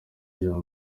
ijambo